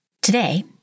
Today